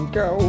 go